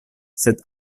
sed